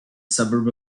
suburb